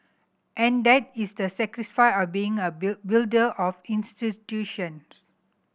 and that is the of being a builder of